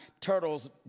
turtles